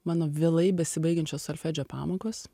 mano vėlai besibaigiančios solfedžio pamokos